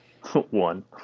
One